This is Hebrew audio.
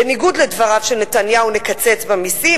בניגוד לדבריו של נתניהו: נקצץ במסים,